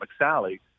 McSally